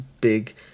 big